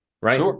Right